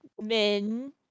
men